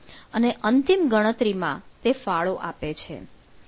અને અંતિમ ગણતરીમાં તે ફાળો આપે છે